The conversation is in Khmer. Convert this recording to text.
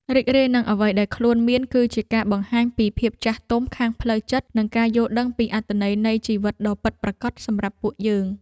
រីករាយនឹងអ្វីដែលខ្លួនមានគឺជាការបង្ហាញពីភាពចាស់ទុំខាងផ្លូវចិត្តនិងការយល់ដឹងពីអត្ថន័យនៃជីវិតដ៏ពិតប្រាកដសម្រាប់ពួកយើង។